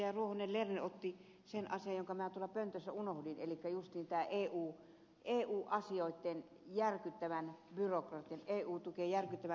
ruohonen lerner otti esille sen asian jonka tuolla pöntössä unohdin sanoa eli juuri tämän eu tukien järkyttävän byrokratian